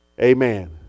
Amen